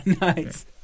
nice